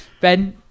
Ben